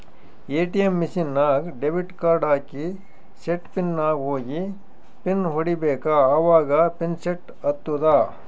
ATM machine ನಾಗ್ debit card ಹಾಕಿ set pin ನಾಗ್ ಹೋಗಿ ಪಿನ್ ಹೊಡಿಬೇಕ ಅವಾಗ ಪಿನ್ ಸೆಟ್ ಆತ್ತುದ